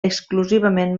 exclusivament